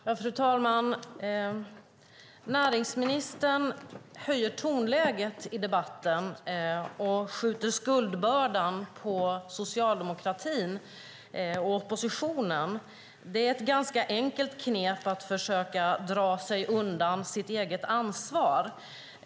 Fru talman! Näringsministern höjer tonläget i debatten och skjuter skuldbördan på socialdemokratin, på oppositionen. Det är ett ganska enkelt knep att försöka dra sig undan sitt eget ansvar.